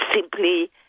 simply